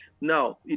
Now